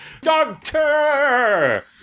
DOCTOR